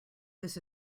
this